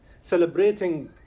celebrating